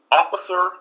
officer